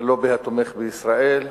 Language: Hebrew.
הלובי התומך בישראל,